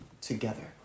together